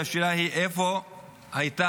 השאלה היא איפה הייתה